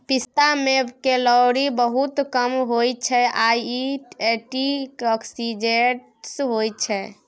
पिस्ता मे केलौरी बहुत कम होइ छै आ इ एंटीआक्सीडेंट्स होइ छै